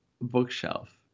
bookshelf